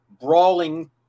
brawling